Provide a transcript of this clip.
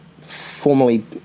formally